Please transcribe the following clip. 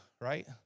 right